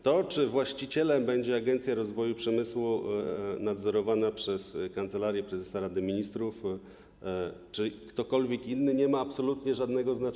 To, czy właścicielem będzie Agencja Rozwoju Przemysłu nadzorowana przez Kancelarię Prezesa Rady Ministrów, czy ktokolwiek inny, nie ma absolutnie żadnego znaczenia.